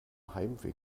heimweg